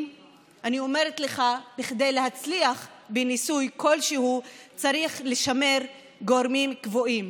אני אומרת לך: כדי להצליח בניסוי כלשהו צריך לשמר גורמים קבועים